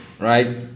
right